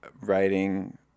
writing